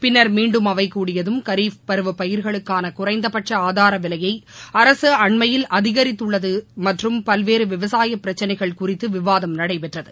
பின்னர் மீண்டும் அவைகூடியதும் கரிப் பருவபயிர்களுக்கானகுறைந்தபட்கஆதாரவிலையைஅரசுஅண்மையில் அதிகரித்துள்ளதுமற்றும் பல்வேறுவிவசாயபிரச்சனைகள் குறித்துவிவாதம் நடைபெற்றது